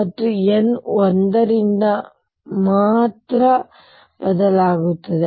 ಮತ್ತು n ಒಂದರಿಂದ ಮಾತ್ರ ಬದಲಾಗುತ್ತದೆ